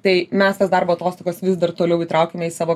tai mes tas darbo atostogas vis dar toliau įtraukiame į savo